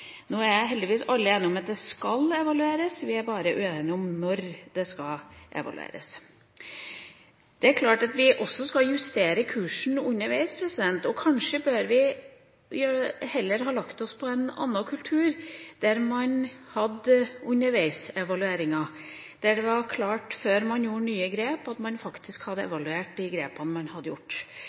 Nå er heldigvis alle enige om at det skal evalueres – vi er bare uenige om når det skal evalueres. Det er klart at vi også skal justere kursen underveis. Kanskje burde vi heller ha lagt oss på en annen kultur der man hadde underveisevalueringer, der det var klart før man gjorde nye grep, at man faktisk hadde evaluert de grepene man hadde gjort.